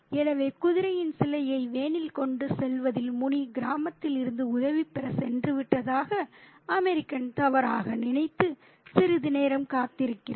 எனவே குதிரையின் சிலையை வேனில் கொண்டு செல்வதில் முனி கிராமத்தில் இருந்து உதவி பெறச் சென்றுவிட்டதாக அமெரிக்கன் தவறாக நினைத்து சிறிது நேரம் காத்திருக்கிறான்